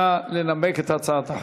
נא לנמק את הצעת החוק.